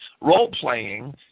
Role-playing